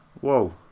whoa